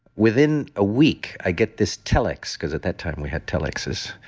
within a week, i get this telex, because at that time we had telexes,